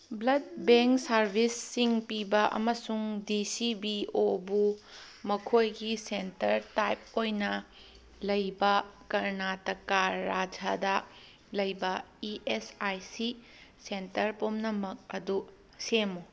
blood bank ꯁꯥꯔꯚꯤꯁꯁꯤꯡ ꯄꯤꯕ ꯑꯃꯁꯨꯡ ꯗꯤ ꯁꯤ ꯕꯤ ꯑꯣꯕꯨ ꯃꯈꯣꯏꯒꯤ ꯁꯦꯟꯇꯔ ꯇꯥꯏꯞ ꯑꯣꯏꯅ ꯂꯩꯕ ꯀꯔꯅꯥꯇꯀꯥ ꯔꯥꯖ꯭ꯌꯗ ꯂꯩꯕ E S I C centre ꯄꯨꯝꯅꯃꯛ ꯑꯗꯨ ꯁꯦꯝꯃꯨ